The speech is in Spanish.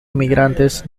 emigrantes